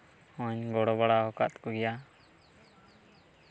ᱦᱚ ᱧ ᱜᱚᱲᱚ ᱵᱟᱲᱟᱣ ᱠᱟᱜ ᱠᱚ ᱜᱮᱭᱟ